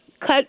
cut